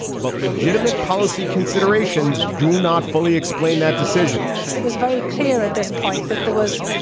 but legitimate policy considerations do not fully explain that decision it was very clear at this point that there was,